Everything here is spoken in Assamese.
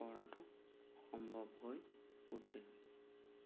কৰাতো সম্ভৱ হৈ উঠে